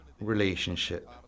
relationship